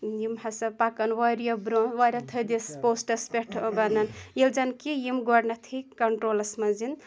یِم ہَسا پَکَن واریاہ برونٛہہ واریاہ تھٔدِس پوسٹَس پٮ۪ٹھ بَنَن ییٚلہِ زَن کہِ یِم گۄڈٕنیٚتھٕے کَںٹرٛولَس منٛز یِن